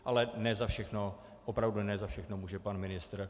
Ale ne za všechno, opravdu ne za všechno může pan ministr.